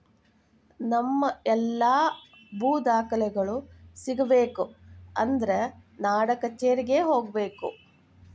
ನಮ್ಮ ಎಲ್ಲಾ ಭೂ ದಾಖಲೆಗಳು ಸಿಗಬೇಕು ಅಂದ್ರ ನಾಡಕಛೇರಿಗೆ ಹೋಗಬೇಕು